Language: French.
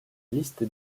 liste